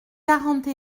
quarante